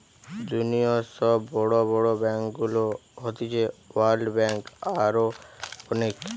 দুনিয়র সব বড় বড় ব্যাংকগুলো হতিছে ওয়ার্ল্ড ব্যাঙ্ক, আরো অনেক